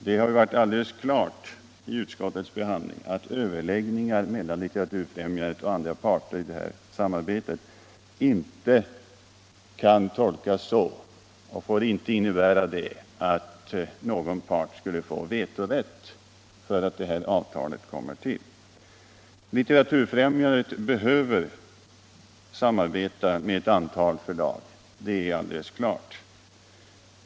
Det har vid utskottets behandling stått klart att skrivningen om överläggningar mellan Litteraturfrämjandet och andra parter i detta samarbete inte kan tolkas så och inte får innebära att någon part skall ha vetorätt. Litteraturfrämjandet behöver självfallet samverka med ett antal förlag.